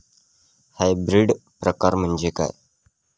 Hybrid प्रकार म्हणजे काय?